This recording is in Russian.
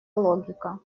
логика